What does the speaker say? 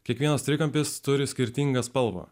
kiekvienas trikampis turi skirtingą spalvą